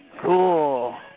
Cool